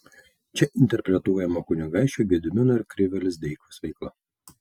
čia interpretuojama kunigaikščio gedimino ir krivio lizdeikos veikla